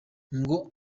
ngo